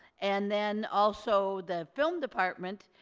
and then also the film department,